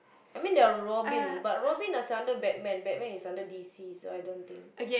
I mean they are Robin but Robin is under Batman Batman is under D_C so I don't think